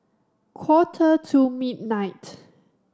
quarter to midnight